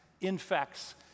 infects